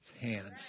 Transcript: hands